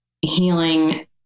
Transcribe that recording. healing